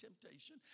temptation